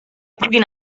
puguin